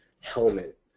helmet